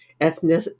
ethnic